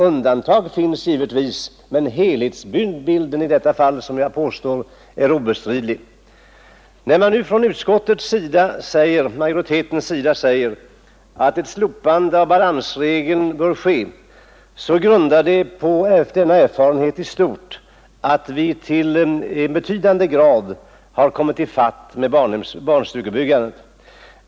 Undantag finns givetvis, men helhetsbilden är i alla fall obestridligen denna. När vi inom utskottsmajoriteten nu säger att ett slopande av balansregeln bör ske, så grundas detta på erfarenheterna i stort, att vi i betydande grad har kommit ifatt med barnstugebyggandet.